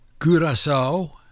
Curaçao